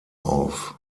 auf